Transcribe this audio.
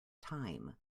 time